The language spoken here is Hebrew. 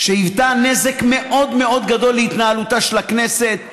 שהייתה נזק מאוד מאוד גדול להתנהלותה של הכנסת,